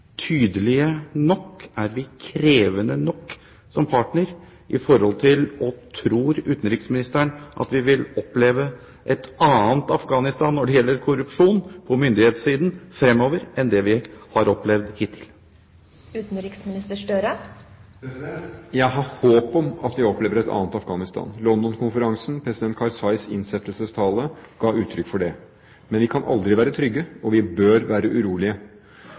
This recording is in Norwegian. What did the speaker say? tydelige nok? Er vi krevende nok som partner? Tror utenriksministeren vi vil oppleve et annet Afghanistan når det gjelder korrupsjon på myndighetssiden fremover, enn det vi har opplevd hittil? Jeg har håp om at vi opplever et annet Afghanistan. London-konferansen og president Karzais innsettelsestale ga uttrykk for det. Men vi kan aldri være trygge, og vi bør være urolige.